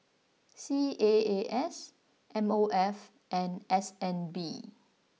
C A A S M O F and S N B